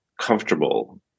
comfortable